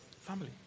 family